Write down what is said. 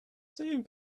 same